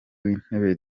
w’intebe